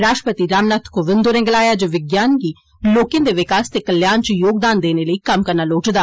राश्ट्रपति रामनाथ कोविंद होरें गलाया जे विज्ञान गी लोकें दे विकास ते कल्याण च योगदान देने लेई कम्म करना लोड़चदा